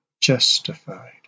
justified